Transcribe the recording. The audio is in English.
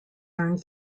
earned